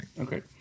Okay